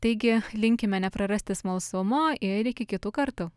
taigi linkime neprarasti smalsumo ir iki kitų kartų